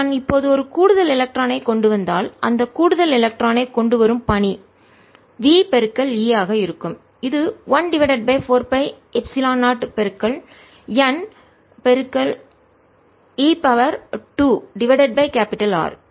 நான் இப்போது ஒரு கூடுதல் எலக்ட்ரானைக் கொண்டுவந்தால் அந்த கூடுதல் எலக்ட்ரானைக் கொண்டு வரும் பணி v e ஆக இருக்கும் இது 1 divided by 4 pi epsilon 0 n e 2 divided by R